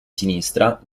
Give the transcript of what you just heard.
sinistra